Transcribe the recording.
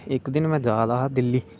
इक दिन में जारदा हा दिल्ली